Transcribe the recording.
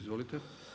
Izvolite.